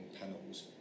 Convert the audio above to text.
panels